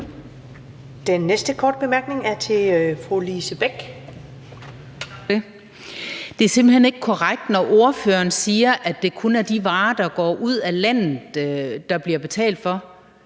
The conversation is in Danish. Kl. 13:01 Lise Bech (DF): Tak for det. Det er simpelt hen ikke korrekt, når ordføreren siger, at det kun er de varer, der går ud af landet, der bliver betalt for.